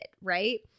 right